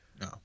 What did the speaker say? No